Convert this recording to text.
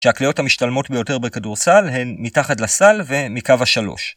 שהקליעות המשתלמות ביותר בכדורסל הן מתחת לסל ומקו השלוש.